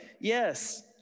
yes